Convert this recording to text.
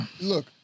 look